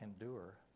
endure